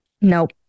Nope